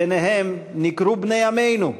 ביניהם ניכרו בני עמנו,